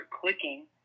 clicking